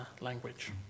language